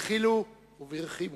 בדחילו וברחימו.